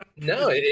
no